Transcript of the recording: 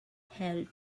help